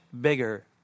bigger